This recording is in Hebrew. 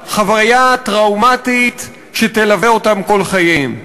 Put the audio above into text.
חוויה טראומטית שתלווה אותם כל חייהם.